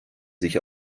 sich